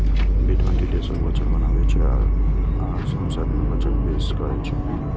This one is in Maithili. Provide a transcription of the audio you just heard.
वित्त मंत्री देशक बजट बनाबै छै आ संसद मे बजट पेश करै छै